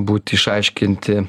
būt išaiškinti